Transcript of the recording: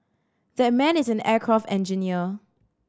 that man is an aircraft engineer